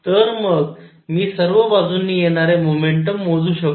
तर मग मी सर्व बाजूंनी येणारे मोमेंटम मोजू शकतो